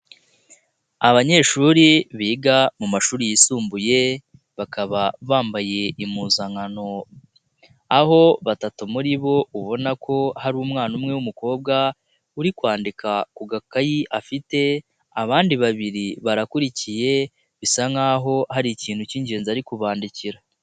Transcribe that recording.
Abanyeshuri biga mashuri yisumbuye, bakaba bambaye impuzankano, aho batatu muri bo ubona ko ari umwana umwe w'umukobwa uri kwandika ku gakayi afite, abandi babiri barakurikiye, bisa nk'aho ari ikintu cy'ingenzi ari kubandikira.